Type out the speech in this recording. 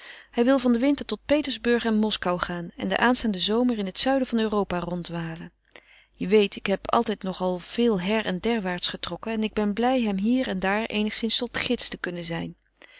hij wil van den winter tot petersburg en moskou gaan en den aanstaanden zomer in het zuiden van europa ronddwalen je weet ik heb altijd nogal veel her en derwaarts getrokken en ik ben blij hem hier en daar eenigszins tot gids te kunnen zijn